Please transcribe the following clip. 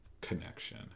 connection